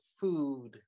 food